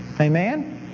Amen